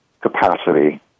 capacity